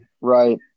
right